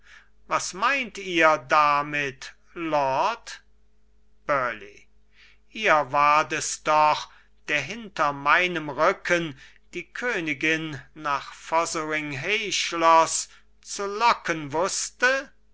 was meint ihr damit lord burleigh ihr wart es doch der hinter meinem rücken die königin nach fotheringhayschloß zu locken wußte